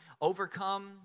overcome